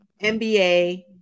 MBA